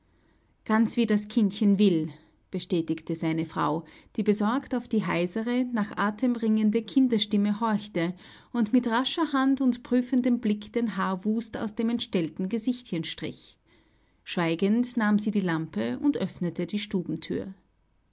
ganz wie das kindchen will bestätigte seine frau die besorgt auf die heisere nach atem ringende kinderstimme horchte und mit rascher hand und prüfendem blick den haarwust aus dem entstellten gesichtchen strich schweigend nahm sie die lampe und öffnete die